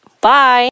Bye